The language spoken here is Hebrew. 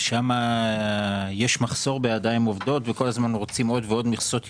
ושם יש מחסור בידיים עובדות וכל הזמן רוצים עוד ועוד מכסות ייבוא.